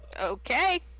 Okay